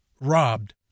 robbed